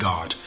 God